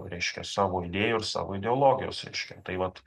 reiškia savo idėjų ir savo ideologijos reiškia tai vat